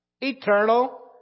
Eternal